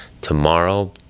tomorrow